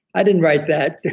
i didn't write that,